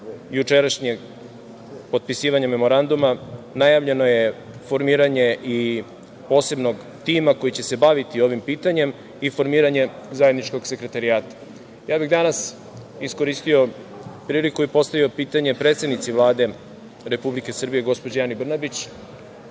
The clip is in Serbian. jučerašnjeg potpisivanja Memoranduma, najavljeno je formiranje posebnog tima koji će se baviti ovim pitanjem i formiranje zajedničkog sekretarijata. Danas bih iskoristio priliku i postavio pitanje predsednici Vlade Republike Srbije, gospođi Ani Brnabić